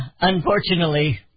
Unfortunately